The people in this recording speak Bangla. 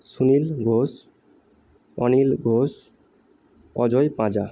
সুনীল বোস অনিল ঘোষ অজয় পাঁজা